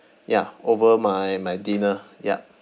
ya over my my dinner yup